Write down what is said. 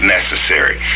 necessary